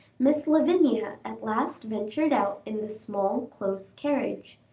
miss lavinia at last ventured out in the small close carriage.